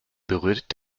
berührt